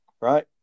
right